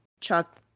Chuck